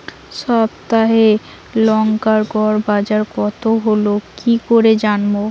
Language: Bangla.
সপ্তাহে লংকার গড় বাজার কতো হলো কীকরে জানবো?